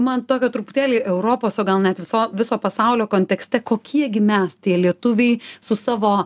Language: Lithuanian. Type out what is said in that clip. man tokio truputėlį europos o gal net viso viso pasaulio kontekste kokie gi mes tie lietuviai su savo